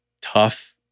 tough